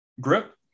grip